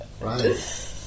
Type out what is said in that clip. Right